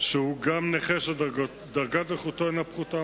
שהוא גם נכה שדרגת נכותו אינה פחותה